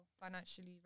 financially